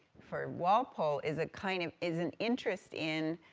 for walpole, is a kind of, is an interest in,